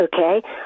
Okay